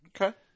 Okay